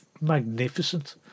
magnificent